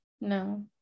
No